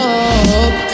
up